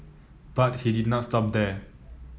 but he did not stop there